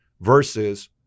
versus